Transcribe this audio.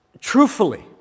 Truthfully